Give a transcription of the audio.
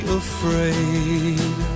afraid